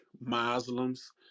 Muslims